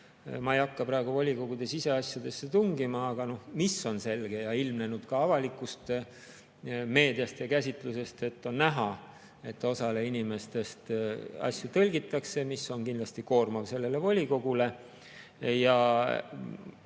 Ma ei hakka praegu volikogude siseasjadesse tungima, aga mis on selge ja ilmnenud ka avalikust meediast: on näha, et osale inimestest asju tõlgitakse, mis on kindlasti volikogule